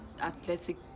athletic